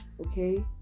okay